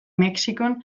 mexikon